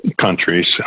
countries